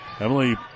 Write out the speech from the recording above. Emily